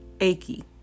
achy